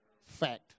Fact